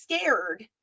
scared